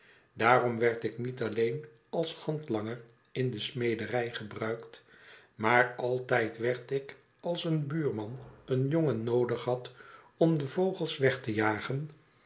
daarom werd ik niet alleen als handlanger in de smederij gebruikt maar altijd werd ik als een buurman een jongen noodig had om de vogels weg te jagen